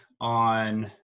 on